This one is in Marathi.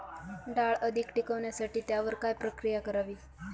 डाळ अधिक टिकवण्यासाठी त्यावर काय प्रक्रिया करावी?